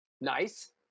Nice